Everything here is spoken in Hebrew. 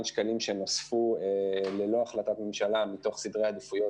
השקלים שנוספו ללא החלטת ממשלה מתוך סדרי עדיפויות